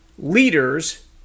leaders